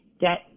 debt